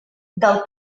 del